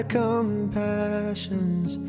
compassions